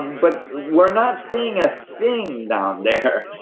but we're not seeing a thing down there.